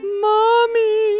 Mommy